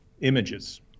images